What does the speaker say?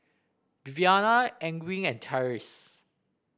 Viviana Ewing and Tyrese